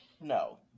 No